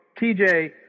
TJ